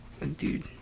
Dude